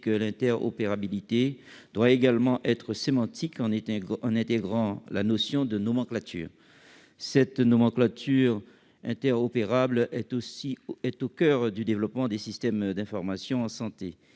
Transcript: que l'interopérabilité doit également être sémantique, en intégrant la notion de nomenclature. Cette nomenclature interopérable est au coeur du développement des systèmes d'information en santé.